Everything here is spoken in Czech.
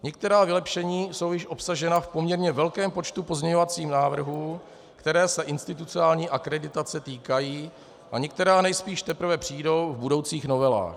Některá vylepšení jsou již obsažena v poměrně velkém počtu pozměňovacích návrhů, které se institucionálně akreditace týkají, a některá nejspíš teprve přijdou v budoucích novelách.